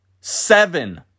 seven